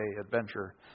adventure